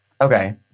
okay